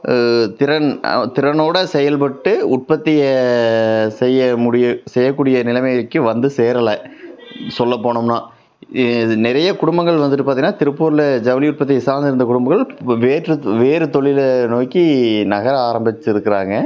திறன் திறனோடு செயல்பட்டு உற்பத்தியை செய்யமுடியும் செய்யக்கூடிய நெலமைக்கு வந்து சேரலை சொல்லப்போனோம்னா இ இது நிறைய குடும்பங்கள் வந்துவிட்டு பாத்தீங்கனா திருப்பூரில் ஜவுளி உற்பத்தியை சார்ந்து இருந்த குடும்பங்கள் இப்போ வேற்று வேறு தொழிலை நோக்கி நகர ஆரம்பிச்சிருக்கிறாங்க